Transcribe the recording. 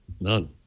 None